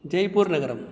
जय्पुर्नगरं